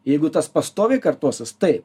jeigu tas pastoviai kartosis taip